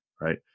Right